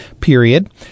period